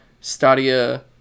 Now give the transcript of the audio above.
Stadia